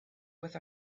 with